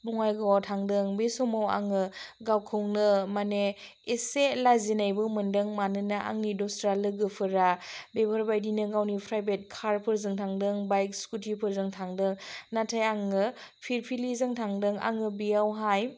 बङाइगावाव थांदों बे समाव आङो गावखौनो माने एसे लाजिनायबो मोन्दों मानोना आंनि दस्रा लोगोफोरा बेफोरबायदिनो गावनि प्राइभेट कारफोरजों थांदों बाइक स्कुटिफोरजों थांदों नाथाय आङो फिरफिलिजों थांदों आङो बेयावहाय